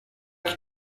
qui